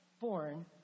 born